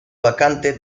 vacante